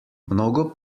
mnogo